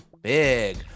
big